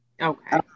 okay